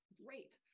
great